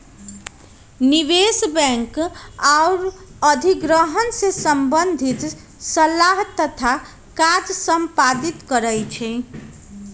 निवेश बैंक आऽ अधिग्रहण से संबंधित सलाह तथा काज संपादित करइ छै